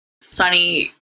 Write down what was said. Sunny